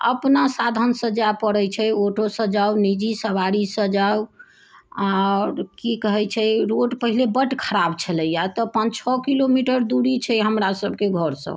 अपना साधनसँ जाय पड़ै छै आँटोसँ जाउ निजी सवारीसँ जाउ आओर कि कहै छै रोड पहिले बड्ड खराब छलैए तऽ पान छओ किलोमीटर दूरी छै हमरा सभके घरसँ